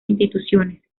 instituciones